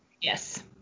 yes